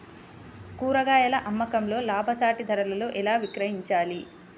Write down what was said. కూరగాయాల అమ్మకంలో లాభసాటి ధరలలో ఎలా విక్రయించాలి?